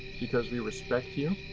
because we respect you.